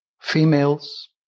females